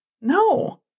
No